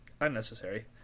Unnecessary